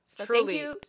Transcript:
truly